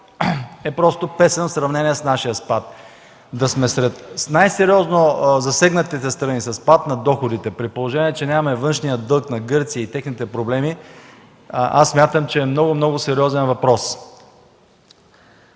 е просто песен в сравнение с нашия спад. Да сме сред най-сериозно засегнатите страни, със спад на доходите, при положение че нямаме външния дълг на гърците и техните проблеми, смятам за много, много сериозен въпрос.